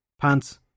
pants